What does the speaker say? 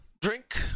drink